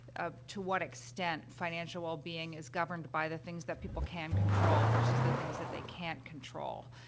ah, to what extent financial wellbeing is governed by the things that people can control versus the things that they can't control.